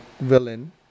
villain